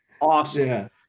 Awesome